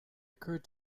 occurred